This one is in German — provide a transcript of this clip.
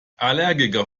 allergiker